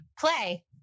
play